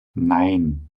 nein